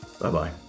Bye-bye